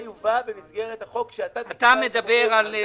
זה יובא במסגרת החוק שאתה תקבע את המועד.